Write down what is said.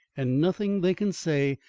and nothing they can say,